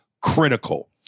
critical